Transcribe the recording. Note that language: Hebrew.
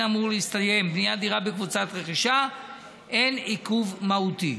אמורה להסתיים בניית דירה בקבוצת רכישה הן עיכוב מהותי.